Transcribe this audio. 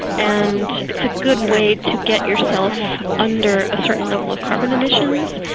and it's ah good way to get yourself under a certain level of carbon emissions.